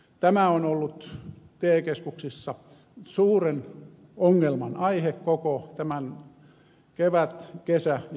tämä on ollut te keskuksissa suuren ongelman aihe koko kevät kesä ja syyskauden ajan